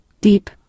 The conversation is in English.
deep